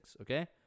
okay